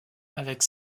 avec